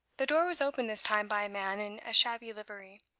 the door was opened this time by a man in a shabby livery.